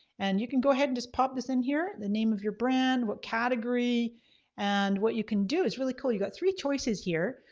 and you can go ahead and just pop this in here, the name of your brand, what category and what you can do, it's really cool. you got three choices here.